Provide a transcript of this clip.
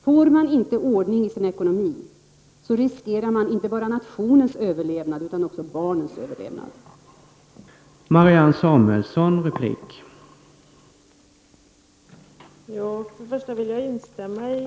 Får man inte ordning i sin ekonomi, riskerar man inte bara nationens överlevnad utan också barnens möjligheter att överleva.